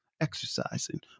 exercising